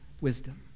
wisdom